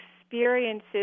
experiences